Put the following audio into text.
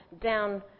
down